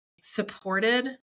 supported